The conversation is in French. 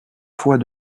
fois